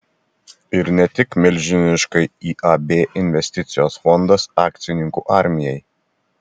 ir ne tik milžiniškai iab investicijos fondas akcininkų armijai